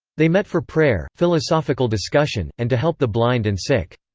they met for prayer, philosophical discussion, and to help the blind and sick.